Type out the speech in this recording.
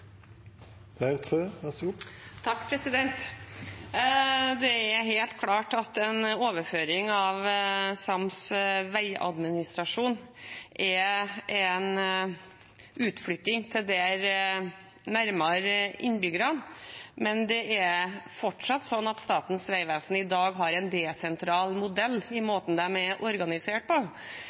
helt klart at en overføring av sams vegadministrasjon er en utflytting som gjør at den kommer nærmere innbyggerne, men det er fortsatt slik at Statens vegvesen i dag har en desentral modell i måten de er organisert på.